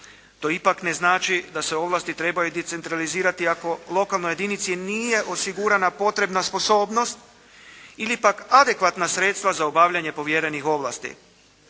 To ipak ne znači da se ovlasti trebaju decentralizirati ako lokalnoj jedinici nije osigurana potrebna sposobnost ili pak adekvatna sredstva za obavljanje povjerenih ovlasti.